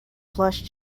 plush